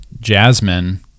Jasmine